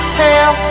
tell